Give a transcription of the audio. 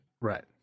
Right